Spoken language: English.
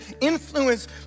influence